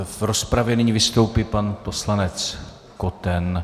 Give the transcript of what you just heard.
V rozpravě nyní vystoupí pan poslanec Koten.